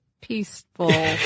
peaceful